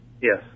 Yes